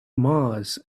mars